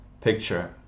picture